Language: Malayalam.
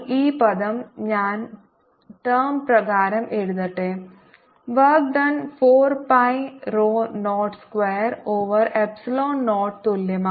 ഈ പദം ഞാൻ ടേം പ്രകാരം എഴുതട്ടെ work done 4 pi rho 0 square over epsilon 0 തുല്യമാണ്